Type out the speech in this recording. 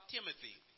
Timothy